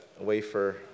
wafer